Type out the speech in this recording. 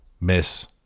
miss